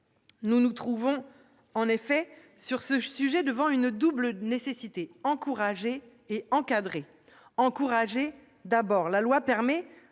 Nous nous trouvons, en effet, sur ce sujet devant une double nécessité : encourager et encadrer. La loi permet